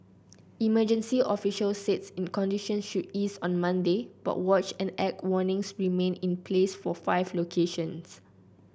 emergency officials said in conditions should ease on Monday but watch and act warnings remained in place for five locations